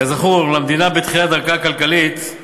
כזכור, למדינה בתחילת דרכה הכלכלית-חברתית,